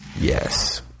Yes